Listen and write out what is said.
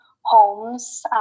homes